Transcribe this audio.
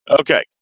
Okay